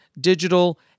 Digital